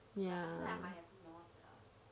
ya